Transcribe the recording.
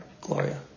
Gloria